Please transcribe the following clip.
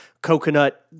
coconut